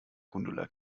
gundula